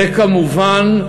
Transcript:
וכמובן,